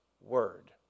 word